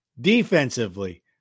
defensively